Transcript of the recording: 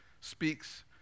speaks